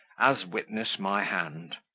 as witness my hand,